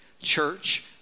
church